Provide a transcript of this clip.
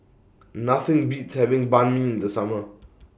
Nothing Beats having Banh MI in The Summer